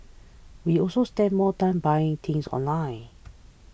we also spend more time buying things online